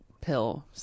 pill